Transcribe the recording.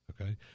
Okay